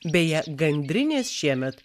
beje gandrinės šiemet